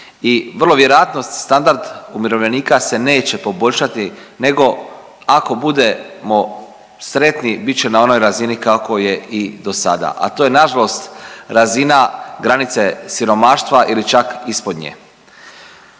I vrlo vjerojatno standard umirovljenika se neće poboljšati nego ako budemo sretni bit će na onoj razini kako je i dosada, a to je nažalost razina granice siromaštva ili čak ispod nje.